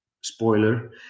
Spoiler